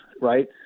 right